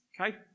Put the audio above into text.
okay